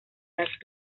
las